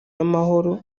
y’amahoro